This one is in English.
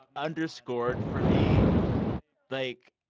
underscored for me like,